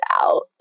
out